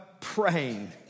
praying